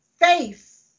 Faith